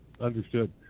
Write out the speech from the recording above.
Understood